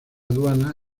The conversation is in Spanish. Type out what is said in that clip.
aduana